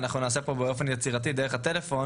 ואנחנו נעשה פה משהו באופן יצירתי דרך הטלפון,